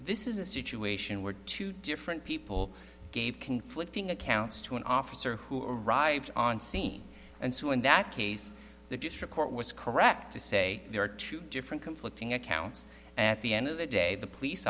this is a situation where two different people gave conflicting accounts to an officer who arrived on scene and so in that case the district court was correct to say there are two different conflicting accounts at the end of the day the police